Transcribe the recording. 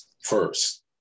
first